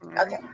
okay